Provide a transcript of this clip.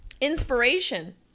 inspiration